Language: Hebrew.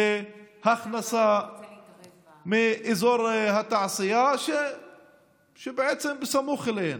להכנסה מאזור התעשייה שבעצם סמוך אליהן.